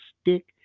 stick